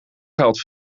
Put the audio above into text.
geld